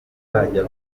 bazajya